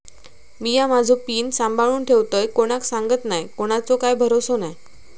मिया माझो पिन सांभाळुन ठेवतय कोणाक सांगत नाय कोणाचो काय भरवसो नाय